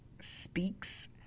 speaks